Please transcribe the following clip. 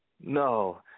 no